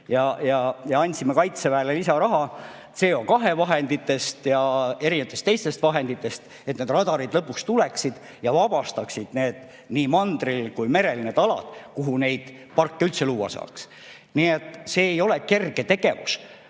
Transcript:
me andsime Kaitseväele lisaraha CO2vahenditest ja teistest vahenditest, et need radarid lõpuks tuleksid ja vabastaksid nii mandril kui ka merel need alad, kuhu neid parke üldse luua saaks. Nii et ei ole kerge tegevus